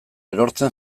erortzen